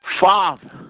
Father